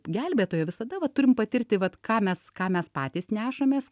gelbėtojo visada va turim patirti vat ką mes ką mes patys nešamės